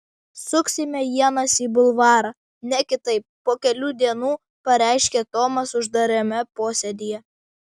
suksime ienas į bulvarą ne kitaip po kelių dienų pareiškė tomas uždarame posėdyje